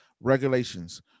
regulations